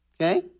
Okay